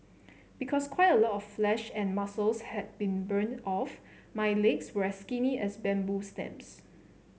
because quite a lot of flesh and muscles had been burnt off my legs were as skinny as bamboo stems